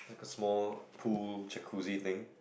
small pool Jacuzzi thing